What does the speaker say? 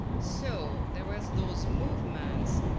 so there were those movements